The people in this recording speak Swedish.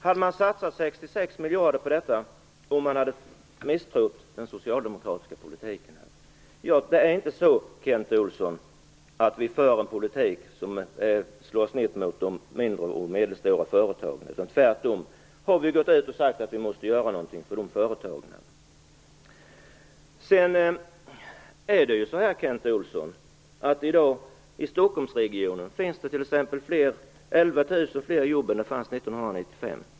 Hade man satsat 66 miljarder på detta om man hade misstrott den socialdemokratiska politiken? Det är inte så, Kent Olsson, att vi för en politik som slår snett mot de mindre och medelstora företagen. Tvärtom har vi gått ut och sagt att vi måste göra någonting för de företagen. Sedan är det ju så här, Kent Olsson, att i Stockholmsregionen finns det i dag 11 000 fler jobb än det fanns 1995.